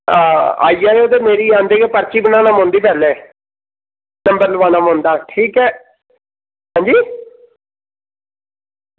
हां आई जाएओ ते मेरी औदे गै पर्ची बनाना पौंदी पैह्लें नंबर लाओना पौंदा ठीक ऐ हां जी